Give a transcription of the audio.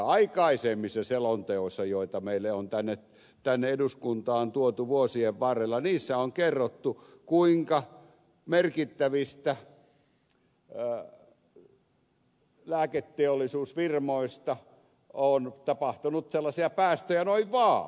aikaisemmissa selonteoissa joita meille on tänne eduskuntaan tuotu vuosien varrella on kerrottu kuinka merkittävistä lääketeollisuusfirmoista on tapahtunut sellaisia päästöjä noin vaan